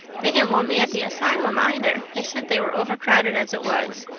they didn't want me at the asylum, either they said they were over-crowded as it was.